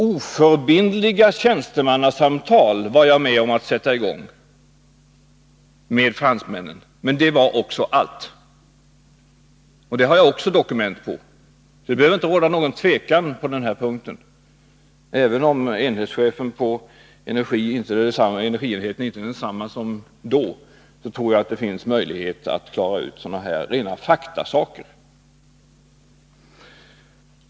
Icke bindande tjänstemannasamtal var jag med om att sätta i gång med fransmännen, men det var också allt. Det har jag dokument på. Det behöver inte råda någon tvekan på den punkten. Även om chefen för energienheten inte är densamme nu som då, tror jag att det finns möjligheter att klara ut sådana här rena fakta.